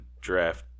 draft